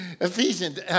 Ephesians